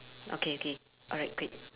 okay okay alright great